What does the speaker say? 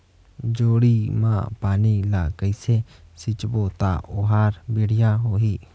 जोणी मा पानी ला कइसे सिंचबो ता ओहार बेडिया होही?